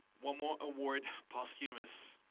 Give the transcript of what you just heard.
one more award posthumous.